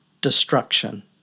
destruction